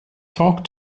talk